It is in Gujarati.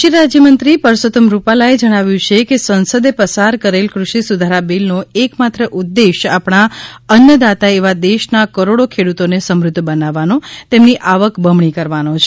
કૃષિ રાજ્યમંત્રી પરસોતમભાઈ રૂપાલાએ જણાવ્યું છે કે સંસદે પસાર કરેલ ક઼ષિ સુધાર બિલનો એકમાત્ર ઉદ્દેશ આપણા અન્નદાતા એવા દેશના કરોડો ખેડૂતોને સમૃદ્ધ બનાવવાનો તેમની આવક બમણી કરવાનો છે